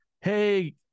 hey